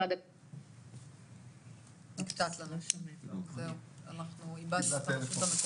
אבדנו את התקשורת.